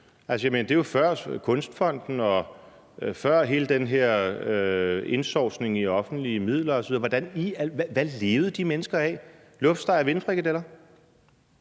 det er jo før Kunstfonden og før hele den her indsovsning i offentlige midler osv. Hvad levede de mennesker af – luftsteg og vindfrikadeller?